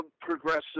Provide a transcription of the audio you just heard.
progressive